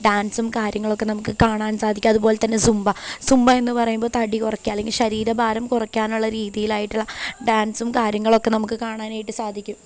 ഡാൻസും കാര്യങ്ങളുമൊക്കെ നമുക്ക് കാണാൻ സാധിക്കും അതുപോലെതന്നെ സുംബ സുംബ എന്ന് പറയുമ്പോള് തടി കുറയ്ക്കാൻ അല്ലെങ്കിൽ ശരീര ഭാരം കുറയ്ക്കാനുള്ള രീതിയിലായിട്ടുള്ള ഡാൻസും കാര്യങ്ങളുമൊക്കെ നമുക്ക് കാണാനായിട്ട് സാധിക്കും